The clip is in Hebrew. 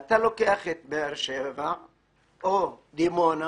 אתה לוקח את באר שבע או את דימונה